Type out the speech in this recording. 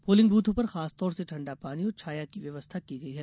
polling बूथों पर खासतौर से ठंडा पानी और छाया की व्यवस्था की गई है